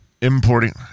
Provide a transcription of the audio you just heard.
importing